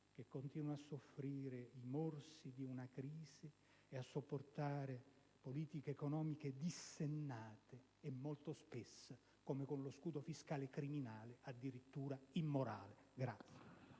che continuano a soffrire i morsi di una crisi e a sopportare politiche economiche dissennate e molto spesso, come con lo scudo fiscale, criminali, addirittura immorali.